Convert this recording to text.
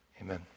amen